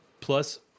plus